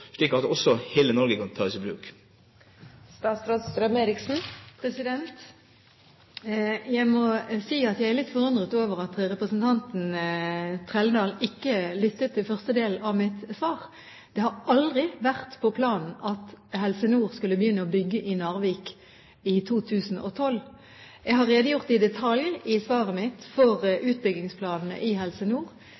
slik at hele Norge kan tas i bruk? Jeg må si at jeg er litt forundret over at representanten Trældal ikke lyttet til første delen av mitt svar. Det har aldri vært på planen at Helse Nord skulle begynne å bygge i Narvik i 2012. Jeg har i svaret mitt redegjort i detalj for utbyggingsplanene i